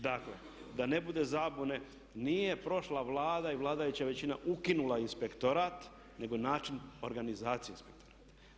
Dakle, da ne bude zabune, nije prošla Vlada i vladajuća većina ukinula inspektorat nego način organizacije inspektorata.